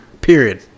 Period